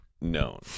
known